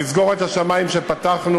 לסגור את השמים שפתחנו,